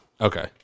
Okay